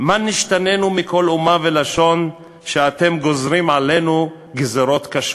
מה נשתנינו מכל אומה ולשון שאתם גוזרין עלינו גזירות רעות?